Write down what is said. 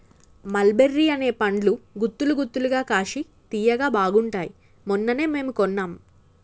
మల్ బెర్రీ అనే పండ్లు గుత్తులు గుత్తులుగా కాశి తియ్యగా బాగుంటాయ్ మొన్ననే మేము కొన్నాం